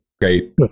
great